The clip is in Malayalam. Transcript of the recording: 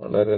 വളരെ നന്ദി